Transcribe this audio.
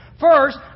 First